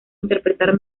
interpretar